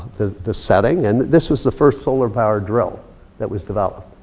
the the setting and this was the first solar-powered drill that was developed.